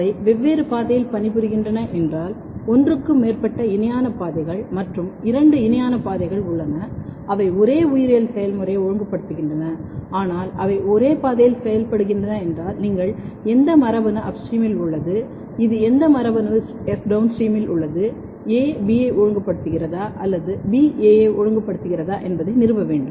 அவை வெவ்வேறு பாதையில் பணிபுரிகின்றன என்றால் ஒன்றுக்கு மேற்பட்ட இணையான பாதைகள் மற்றும் இரண்டு இணையான பாதைகள் உள்ளன அவை ஒரே உயிரியல் செயல்முறையை ஒழுங்குபடுத்துகின்றன ஆனால் அவை ஒரே பாதையில் செயல்படுகின்றன என்றால் நீங்கள் எந்த மரபணு அப்ஸ்ட்ரீமில் உள்ளது இது எந்த மரபணு டௌன்ஸ்ட்ரீமில் உள்ளது A Bயை ஒழுங்குபடுத்துகிறதா அல்லது B A யை ஒழுங்குபடுத்துகிறதா என்பதை நிறுவ வேண்டும்